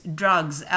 drugs